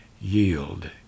yield